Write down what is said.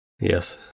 Yes